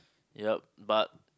yup but